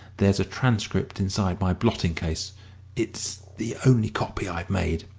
there's a transcript inside my blotting-case it's the only copy i've made.